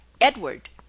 edward